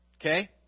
Okay